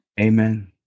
Amen